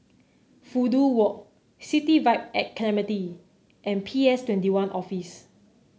Fudu Walk City Vibe at Clementi and P S Twenty One Office